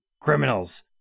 criminals